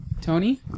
Tony